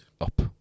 up